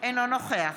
אינו נוכח